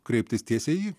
kreiptis tiesiai į jį